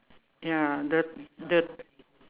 ya the the